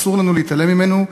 שאסור לנו להתעלם ממנו,